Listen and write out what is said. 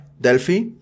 Delphi